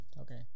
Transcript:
okay